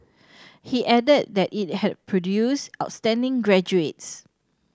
he added that it had produced outstanding graduates